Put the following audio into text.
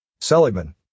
Seligman